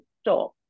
stop